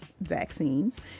vaccines